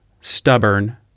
stubborn